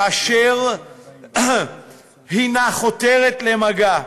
כאשר היא חתרה למגע.